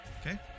Okay